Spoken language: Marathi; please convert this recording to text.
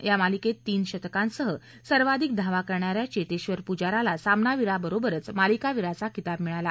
या मालिकेत तीन शतकांसह सर्वाधिक धावा करणाऱ्या चेतेश्वर पुजाराला सामनावीराबरोबरच मालिकावीराचा किताब मिळाला